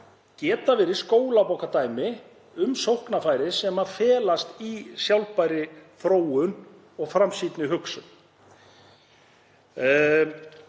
getur verið skólabókardæmi um sóknarfæri sem felast í sjálfbærri þróun og framsýnni hugsun.